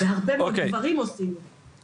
הרבה מאוד גברים עושים את זה.